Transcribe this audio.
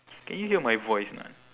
can you hear my voice or not